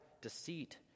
deceit